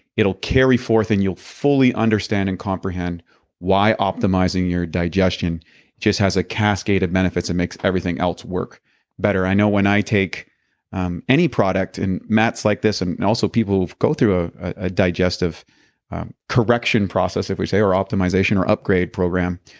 it'll carry forth and you'll fully understand and comprehend why optimizing your digestion just has a cascade of benefits. it makes everything else work better i know when i take um any product, and matt's like this, and and also people who go through ah a digestive correction process, if we say, or optimization, or upgrade program,